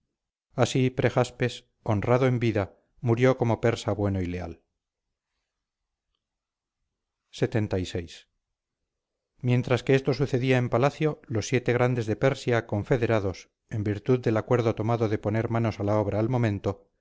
así prejaspes honrado en vida murió como persa bueno y leal lxxvi mientras que esto sucedía en palacio los siete grandes de persia confederados en virtud del acuerdo tomado de poner manos a la obra al momento